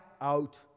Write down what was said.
out